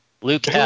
Luke